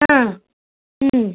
ஆ ம்